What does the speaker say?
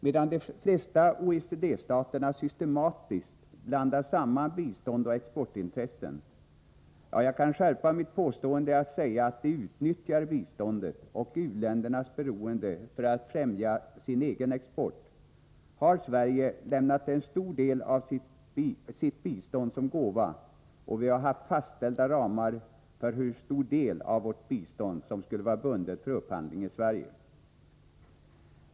Medan de flesta OECD-staterna systematiskt blandar samman bistånd och exportintressen — ja, jag kan skärpa mitt påstående och säga att de utnyttjar biståndet och u-ländernas beroende för att främja den egna exporten — har Sverige lämnat en stor del av sitt bistånd som gåva och vi har haft fastställda ramar för hur stor del av vårt bistånd som skulle vara bundet för upphandling i Sverige.